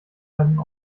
einen